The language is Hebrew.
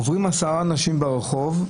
עוברים עשרה אנשים ברחוב,